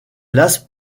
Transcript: las